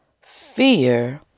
fear